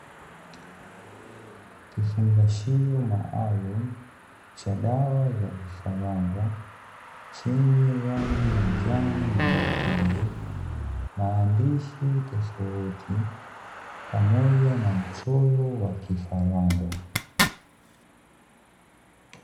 Kifungashio maalumu cha dawa ya vifaranga chenye rangi ya njano na nyekundu, maandishi tofauti pamoja na mchoro wa kifaranga.